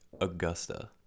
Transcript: Augusta